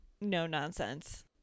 no-nonsense